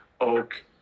Oak